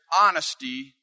honesty